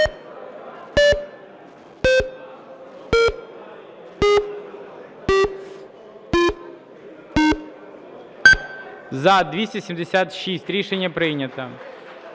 За-245 Рішення прийнято.